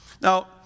Now